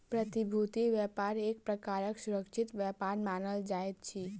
प्रतिभूति व्यापार एक प्रकारक सुरक्षित व्यापार मानल जाइत अछि